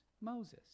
Moses